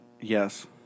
Yes